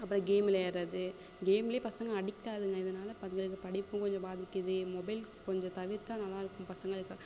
அப்புறம் கேம் விளையாடுறது கேம்லே பசங்க அடிக்ட்டாகுதுங்க இதனால பசங்களுக்கு படிப்பும் கொஞ்சம் பாதிக்குது மொபைல் கொஞ்சம் தவிர்த்தால் நல்லா இருக்கும் பசங்களுக்கு